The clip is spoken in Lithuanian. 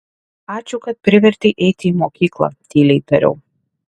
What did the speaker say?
ačiū kad privertei eiti į mokyklą tyliai tariau